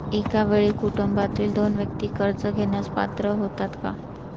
एका वेळी कुटुंबातील दोन व्यक्ती कर्ज घेण्यास पात्र होतात का?